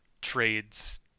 trades